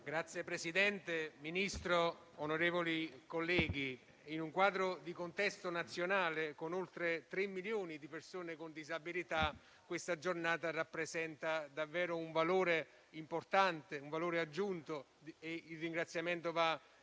Signor Presidente, Ministro, onorevoli colleghi, in un contesto nazionale con oltre tre milioni di persone con disabilità questa giornata ha davvero un valore importante, un valore aggiunto. Il ringraziamento va